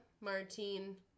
Martine